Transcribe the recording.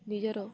ନିଜର